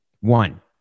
One